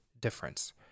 difference